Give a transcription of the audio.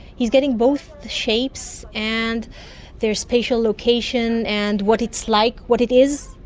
he is getting both the shapes and their spatial location and what it's like, what it is,